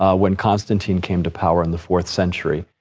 ah when constantine came to power in the fourth century,